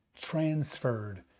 transferred